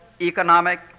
economic